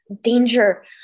danger